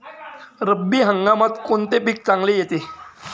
रब्बी हंगामात कोणते पीक चांगले येते?